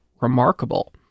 remarkable